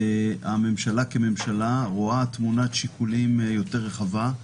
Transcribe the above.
הממשלה כממשלה רואה תמונת שיקולים יותר רחבה,